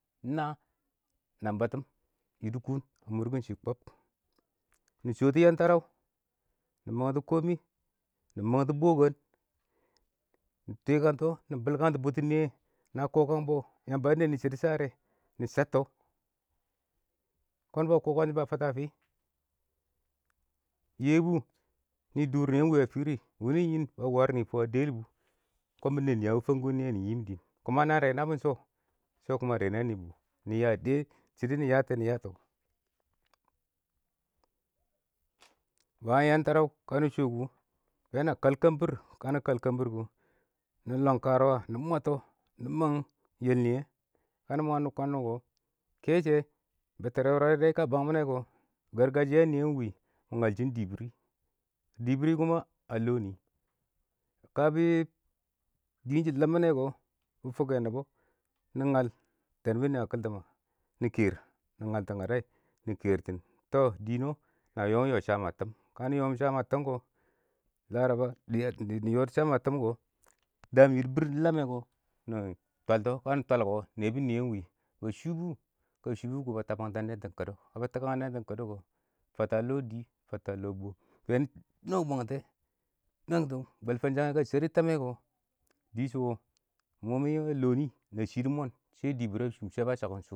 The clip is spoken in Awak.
﻿naaɪng nang batɪm yɪdɪkʊʊn kʊn kɪn sha kɔb, nɪ shoto yan tarau nɪ mangtɔ nɪ mang bɔkɔn nɪ tɪkar tɔ, nɪ bɪlkɪkantɔ bʊtʊn nɪyɛ, na kɔkang bɔ, Yamba dɪ nɛɛn nɪ shɪdɔ share, ni shatau kɔn ba kɔkang ba fatɔ a fɪ, yɛbʊ nɪ dʊr nɪyɛ ɪng wa fɪrɪ, wʊnɪ ɪng ʏɪn ba war nɪ fɔ a dɪyɛlbʊ kɔn bɪ nɛɛn nɪ a wɪ fangkuwɪnɪyɛ nɪ yɪɪm dɪɪn shɪdɔ yatɔ kɛ, nɪ yatɔ, wangɪn yantaraʊ ka nɪ shɔ kʊ, bɛ na kal kɛmbɪr, ka nɪ kal kəmbir wʊ kʊ, nɪ long kərʊwə mwatɔ, nɪ mang yɛl nɪyɛ kʊ, kanɪ mang nɪ kwandɔ kɔ kɛshɛ bettere yɔrɔb dɛ bɛ kɔ, ɪng wɪ,bɪ ngal shɪn dibiri, dibiri, kuma a lɔ nɪ, ka bɪ dɪɪn shɪ lambɪnɛ kɔ nɪ fʊk kɛ nɪbɔ, nɪ ngal tɛɛnbʊn nɪyɛ a kaltɪngɛ nɪ kɛɛr, nɪ ngaltɪn ngadaɪ nɪ kɛɛrtɪn, tɔ dɪ nɔ, na yɔm yɔ sham a tɪm kanɪ yɔm sham a tɪm kɔ, daam yɪdɪ bɪɪr dɪ lamɛ nɪ twal tɔ kanɪ twal kɔ nɛɛbʊn nɪye ɪng wɪ, shɪ ba shʊbʊ kashɪ ɪng shɪ shʊbʊ kʊ shɪ tikang ta a nɛɛntɪn kadɔ ka bɪ tɪkang nɛntɪn kadɔ kɔ fatta lɔ dii fatta lɔ bom nɪ nɔ bwangtɛ ka bwɛl fɪnshangɛ shɛrɪ tamɛ kɔ mɔ mɪ yɛ lɔ nɪ na shɪdɔ mɔn shɛ dɪbɪrɪ a shʊm, shɛ ba shakɪm ɪng shɔ.